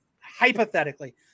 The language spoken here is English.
Hypothetically